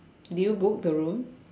did you book the room